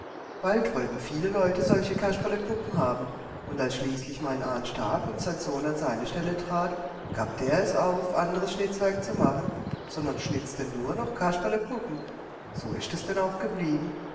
bald wollten viele leute solche kasperlepuppen haben und als schließlich mein ahn starb und sein sohn an seine stelle trat gab der es auf anderes schnitzwerk zu machen sondern schnitzte nur noch kasperlepuppen so ist es dann auch geblieben